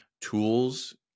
tools